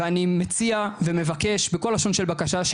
ואני מציע ומבקש בכל לשון של בקשה,